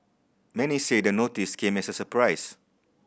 many say the notice came as a surprise